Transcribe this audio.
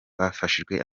bafashijwe